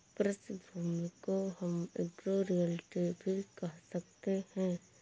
कृषि भूमि को हम एग्रो रियल्टी भी कह सकते है